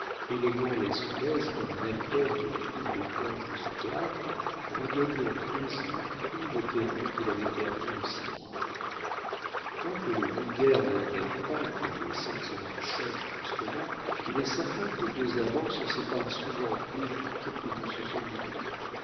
élégant et à son aise comme un acteur qui retrouve les planches de son théâtre regagnait en deux jours tout le terrain qu'il avait perdu en six mois quoique le vulgaire n'admette pas que les sentiments changent brusquement il est certain que deux amants se séparent souvent plus vite qu'ils ne se sont liés